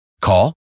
Call